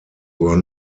were